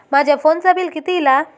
माझ्या फोनचा बिल किती इला?